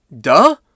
Duh